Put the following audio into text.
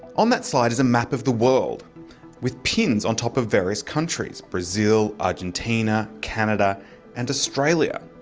on that slide is a map of the world with pins on top of various countries brazil, argentina, canada and australia.